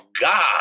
God